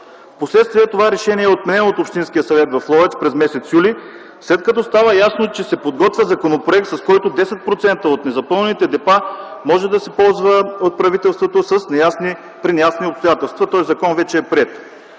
м. юли, това решение е отменено от Общинския съвет в Ловеч, след като става ясно, че се подготвя законопроект, с който 10% от незапълнените депа могат да се ползват от правителството при неясни обстоятелства. Този закон вече е приет.